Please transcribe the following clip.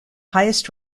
highest